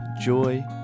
joy